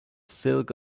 silk